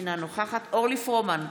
אינה נוכחת אורלי פרומן,